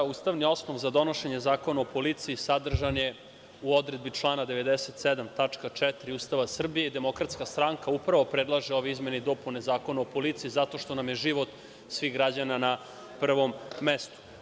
Ustavni osnov za donošenje Zakona o policiji sadržan je u odredbi člana 97. tačka 4) Ustava Srbije i DS upravo predlaže ove izmene i dopune Zakona o policiji zato što nam je život svih građana na prvom mestu.